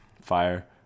fire